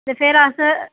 फिर अस